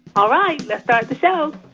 all right, let's start the show